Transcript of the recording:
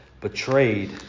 betrayed